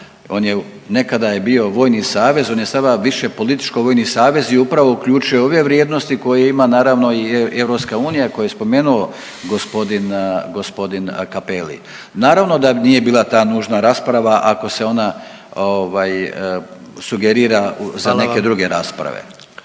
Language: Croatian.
on je, nekada je bio vojni savez, on je sada više političko vojni savez i upravo uključuje ove vrijednosti koje ima naravno i EU, a koje je spomenuo gospodin, g. Cappelli. Naravno da nije bila ta nužna rasprava ako se ona ovaj sugerira za neke druge rasprave.